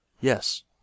Yes